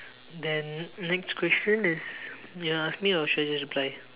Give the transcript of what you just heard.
then next question is you want to ask me or shall I just reply